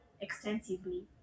extensively